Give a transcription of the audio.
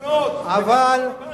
אבל מה בדבר עקרונות?